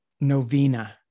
Novena